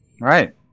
right